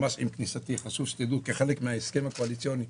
ממש עם כניסתי חשוב שתדעו כחלק מההסכם הקואליציוני.